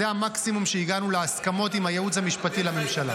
זה המקסימום שהגענו להסכמות עם הייעוץ המשפטי לממשלה.